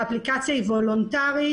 האפליקציה היא וולונטרית,